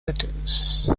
letters